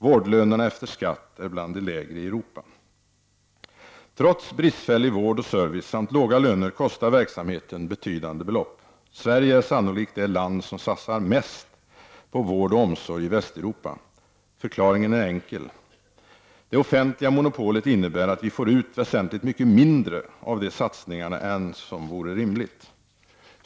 Vårdlönerna efter skatt är bland de lägre i Europa. Trots bristfällig vård och service samt låga löner kostar verksamheten betydande belopp. Sverige är sannolikt det land som satsar mest på vård och omsorg i Västeuropa. Förklaringen är enkel. Det offentliga monopolet innebär att vi får ut väsentligt mycket mindre av de satsningarna än som vore rimligt.